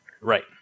right